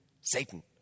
Satan